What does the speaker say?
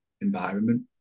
environment